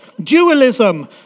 Dualism